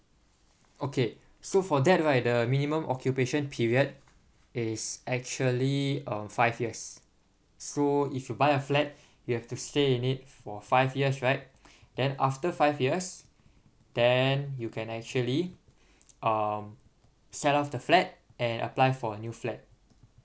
okay so for that right the minimum occupation period is actually uh five years so if you buy a flat you have to stay in it for five years right then after five years then you can actually um self off the flat and apply for a new flat